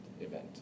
event